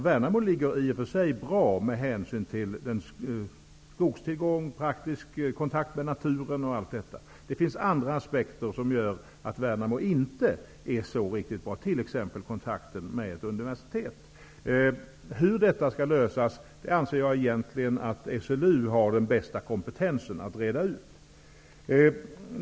Värnamo ligger i och för sig bra med hänsyn till skogstillgång, konkret kontakt med naturen och allt detta. Det finns andra aspekter som gör att Värnamo inte är riktigt bra, t.ex. kontakten med ett universitet. Hur detta skall lösas har, anser jag, SLU egentligen den bästa kompetensen att reda ut.